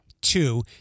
two